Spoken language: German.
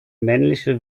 männliche